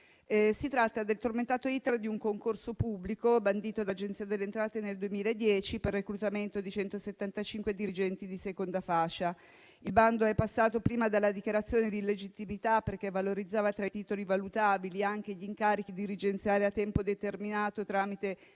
Si tratta del tormentato *iter* di un concorso pubblico bandito dall'Agenzia delle entrate nel 2010 per il reclutamento di 175 dirigenti di seconda fascia. Il bando è passato prima dalla dichiarazione di illegittimità, perché valorizzava tra i titoli valutabili anche gli incarichi dirigenziali a tempo determinato tramite